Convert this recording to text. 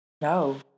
No